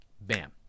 Bam